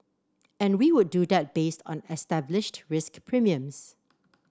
and we would do that based on established risk premiums